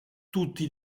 tutti